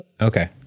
Okay